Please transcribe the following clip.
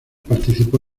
participó